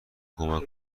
کمک